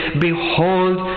Behold